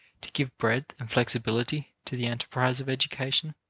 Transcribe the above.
to give breadth and flexibility to the enterprise of education,